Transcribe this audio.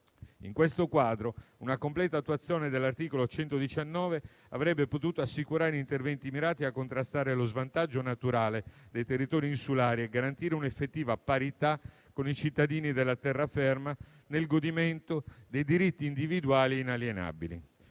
In questo quadro, una completa attuazione dell'articolo 119, avrebbe potuto assicurare interventi mirati a contrastare lo svantaggio naturale dei territori insulari e garantire un'effettiva parità con i cittadini della terraferma nel godimento dei diritti individuali inalienabili.